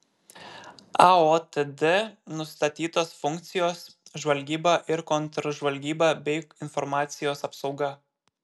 aotd nustatytos funkcijos žvalgyba ir kontržvalgyba bei informacijos apsauga